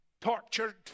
tortured